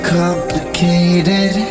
complicated